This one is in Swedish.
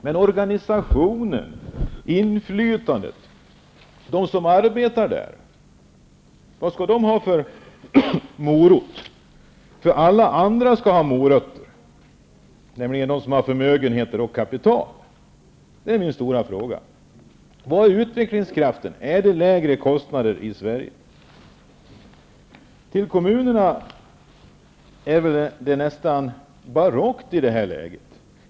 Men hur blir det med inflytandet i organisationen för dem som arbetar? Vad skall de ha för morot? Alla andra skall ha morötter, nämligen de som har förmögenheter och kapital. Det är min stora fråga. Vad är utvecklingskrafter? Är det lägre kostnader i Sverige? I kommunerna är läget nästan barockt.